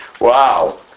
Wow